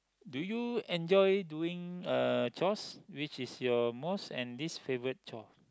do you enjoy doing uh chores which is your most and least favourite chore